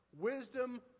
Wisdom